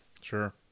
Sure